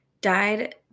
died